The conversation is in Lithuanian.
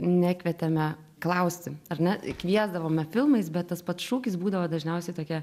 nekvietėme klausti ar ne kviesdavome filmais bet tas pats šūkis būdavo dažniausiai tokia